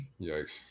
Yikes